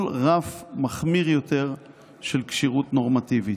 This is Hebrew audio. רף מחמיר יותר של כשירות נורמטיבית.